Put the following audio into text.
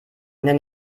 der